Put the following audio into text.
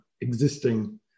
existing